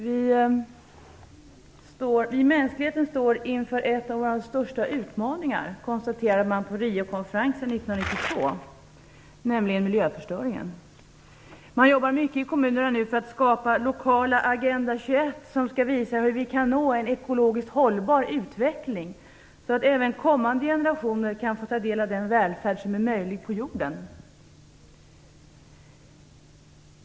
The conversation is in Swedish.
Fru talman! Mänskligheten står inför en av sina största utmaningar, konstaterade man på Riokonferensen 1992, nämligen miljöförstöringen. Man jobbar nu mycket ute i kommunerna för att skapa lokala Agenda 21, som skall visa hur vi kan nå en ekologiskt hållbar utveckling så att även kommande generationer får ta del av den välfärd som är möjlig på jorden.